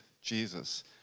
Jesus